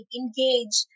engage